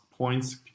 Points